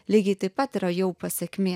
lygiai taip pat yra jau pasekmė